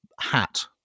hat